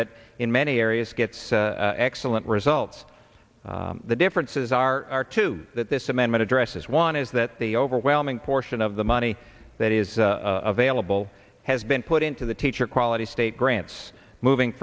that in many areas gets excellent results the differences are two that this amendment addresses one is that the overwhelming portion of the money that is available has been put into the teacher quality state grants moving